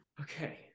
Okay